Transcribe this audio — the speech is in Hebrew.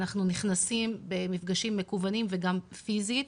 אנחנו נכנסים במפגשים מקוונים וגם פיזית.